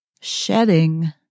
shedding